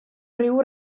ryw